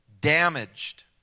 damaged